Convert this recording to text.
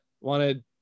wanted